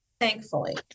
thankfully